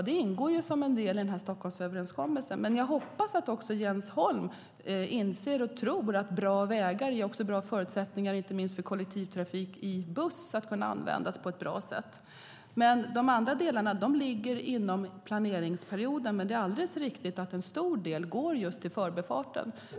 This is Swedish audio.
Det ingår som en del i Stockholmsöverenskommelsen. Jag hoppas att också Jens Holm inser och tror att bra vägar också ger bra förutsättningar att inte minst använda kollektivtrafik i buss på ett bra sätt. De andra delarna ligger inom planeringsperioden. Det är alldeles riktigt att en stor del går just till förbifarten.